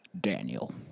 Daniel